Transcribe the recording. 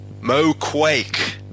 MoQuake